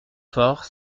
fort